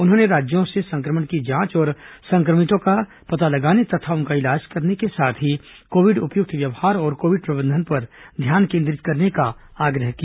उन्होंने राज्यों से संक्रमण की जांच और संक्रमितों का पता लगाने तथा उनका इलाज करने के साथ ही कोविड उपयुक्त व्यवहार और कोविड प्रबंधन पर ध्यान केंद्रित करने का आग्रह किया